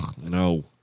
no